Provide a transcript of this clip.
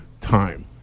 time